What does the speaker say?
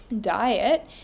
Diet